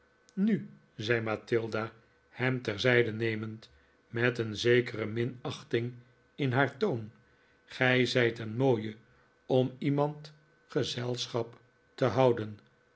nu zei mathilda hem terzijde nemend met een zekere minachting in haar toon gij zijt een mooie om iemand gezelschap te houden